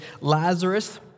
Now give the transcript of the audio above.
Lazarus